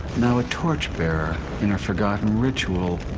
now a torch-bearer in a forgotten ritual,